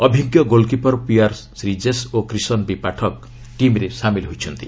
ଅଭିଜ୍ଞ goalkeeper PR Sreejesh ଓ Krishan B Pathak ଟିମ୍ରେ ସାମିଲ ହୋଇଛନ୍ତି